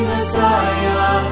Messiah